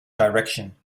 direction